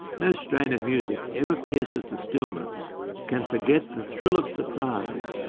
no strain of music ever pierces the stillness can forget the thrill of surprise,